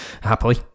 happily